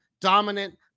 dominant